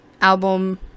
album